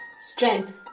strength